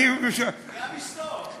אני, גם אשתו.